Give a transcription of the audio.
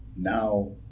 Now